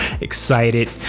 excited